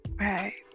right